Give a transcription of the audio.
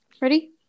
Ready